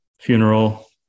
funeral